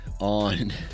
on